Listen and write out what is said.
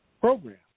program